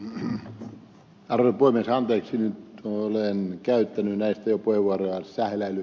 en ole vuodesta on tekstin olleen käyttäminä jo kuivua säädellään